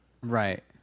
Right